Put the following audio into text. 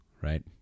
right